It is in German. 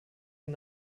den